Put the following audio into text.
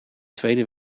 tweede